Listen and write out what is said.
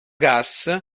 gas